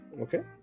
Okay